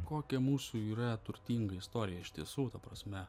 kokia mūsų yra turtinga istorija iš tiesų ta prasme